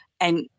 And-